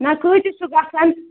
نہ کۭتس چھُ گژھان